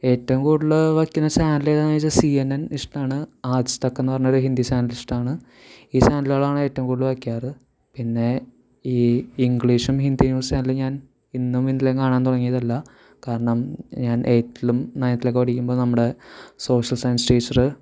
ഏറ്റവും കൂടുതൽ വയ്ക്കുന്ന ചാനൽ ഏതാണെന്ന് ചോദിച്ചാൽ സി എൻ എൻ ഇഷ്ടമാണ് ആജ് തക് എന്ന് പറഞ്ഞൊരു ഹിന്ദി ചാനൽ ഇഷ്ടമാണ് ഈ ചാനലുകളാണ് ഏറ്റവും കൂടുതൽ വയ്ക്കാറ് പിന്നെ ഈ ഇംഗ്ലീഷും ഹിന്ദി ന്യൂസ് ചാനലും ഞാൻ ഇന്നും ഇന്നലെയും കാണാൻ തുടങ്ങിയതല്ല കാരണം ഞാൻ എയ്റ്റ്ത്തിലും നയൻത്തിലൊക്കെ പഠിക്കുമ്പോൾ നമ്മുടെ സോഷ്യൽ സയൻസ് ടീച്ചർ